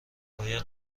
باید